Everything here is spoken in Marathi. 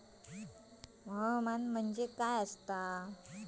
हवामान म्हणजे काय असता?